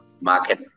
market